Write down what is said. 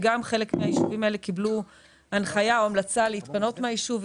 חלק מהיישובים האלה קיבלו הנחיה או המלצה להתפנות מהיישוב,